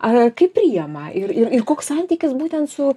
ar ar kaip priėma ir ir ir koks santykis būtent su